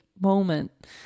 moment